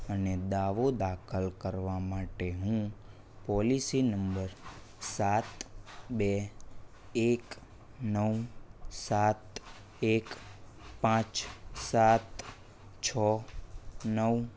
અને દાવો દાખલ કરવા માટે હું પોલિસી નંબર સાત બે એક નવ સાત એક પાંચ સાત છ નવ